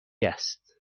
است